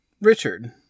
Richard